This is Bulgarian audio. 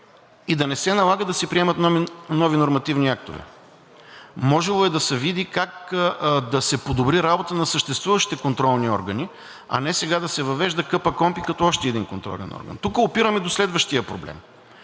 и да не се налага да се приемат нови нормативни актове. Можело е да се види как да се подобри работата на съществуващите контролни органи, а не сега да се въвежда КПКОНПИ като още един контролен орган. Тук опираме до следващия проблем.